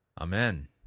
Amen